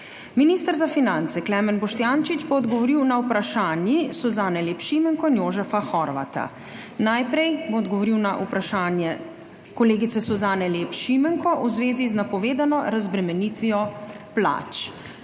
Minister za finance Klemen Boštjančič bo odgovoril na vprašanji Suzane Lep Šimenko in Jožefa Horvata. Najprej bo odgovoril na vprašanje kolegice Suzane Lep Šimenko v zvezi z napovedano razbremenitvijo plač.